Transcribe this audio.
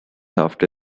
after